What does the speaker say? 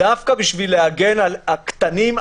דווקא בשביל להגן על הקטנים,